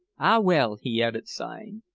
ah, well! he added, sighing.